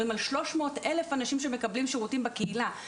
על 300 אלף אנשים שמקבלים שירותים בקהילה.